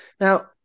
Now